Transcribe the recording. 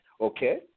Okay